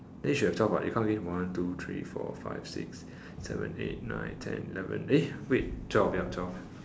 then you should have twelve what you count again one two three four five six seven eight nine ten eleven eh wait twelve ya twelve